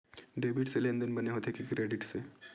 Debit से लेनदेन बने होथे कि क्रेडिट से?